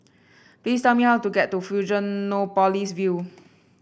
please tell me how to get to Fusionopolis View